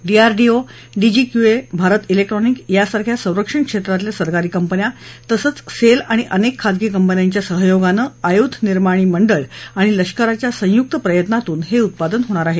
DRDO DGQA Bharat electronics सारख्या संरक्षण क्षेत्रातल्या सरकारी कंपन्या तसंच सेल आणि अनेक खाजगी कंपन्यांच्या सहयोगानं आयुधं निर्माणी मंडळ आणि लष्कराच्या संयुक्त प्रयत्नातून हे उत्पादन होणार आहे